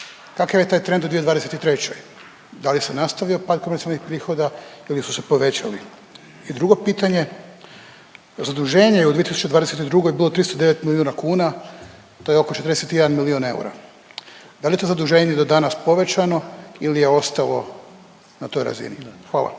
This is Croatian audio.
kakav je taj trend bio u 2023. da li se nastavio pad …/Govornik se ne razumije./… prihoda ili su se povećali? I drugo pitanje zaduženje u 2022. je bilo 309 milijuna kuna. To je oko 41 milijun eura? Da li je to zaduženje do danas povećano ili je ostalo na toj razini? Hvala.